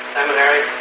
Seminary